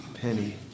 penny